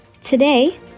Today